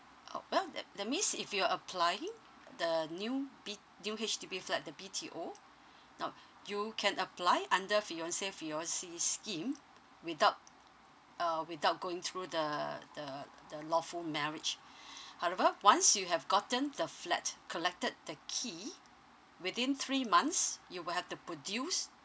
orh well tha~ that means if you're applying the new B~ new H_D_B flat the B_T_O now you can apply under fiance fiancee scheme without uh without going through the the the lawful marriage however once you have gotten the flat collected the key within three months you will have to produce